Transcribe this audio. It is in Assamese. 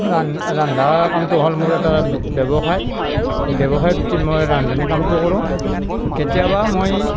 ৰন্ধা কামটো হ'ল মোৰ এটা ব্যৱসায় সেই ব্যৱসায় ভিত্তিত মই ৰান্ধনি কামটো কৰোঁ কেতিয়াবা মই